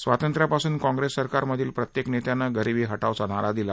स्वातंत्र्यापासून काँग्रेस सरकारमधील प्रत्येक नेत्यानं गरिबी हटावचा नारा दिला